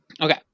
Okay